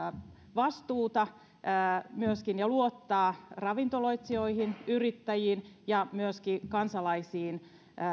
vastuuta ja luottaa ravintoloitsijoihin yrittäjiin ja myöskin kansalaisiin